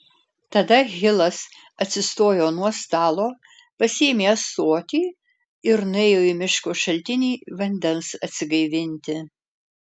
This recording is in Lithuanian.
tada hilas atsistojo nuo stalo pasiėmė ąsotį ir nuėjo į miško šaltinį vandens atsigaivinti